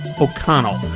O'Connell